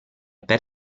per